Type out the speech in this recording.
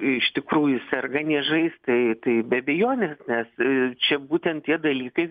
iš tikrųjų serga niežais tai tai be abejonės nes čia būtent tie dalykai